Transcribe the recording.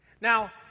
Now